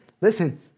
Listen